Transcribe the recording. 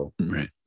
Right